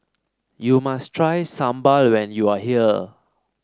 you must try sambal when you are here